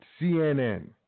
CNN